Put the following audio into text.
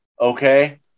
Okay